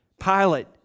Pilate